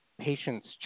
patient's